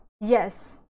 yes